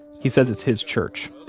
he says it's his church.